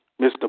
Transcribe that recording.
Mr